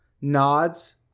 nods